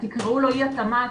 תקראו לו אי התאמה,